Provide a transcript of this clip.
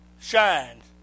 shines